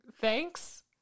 thanks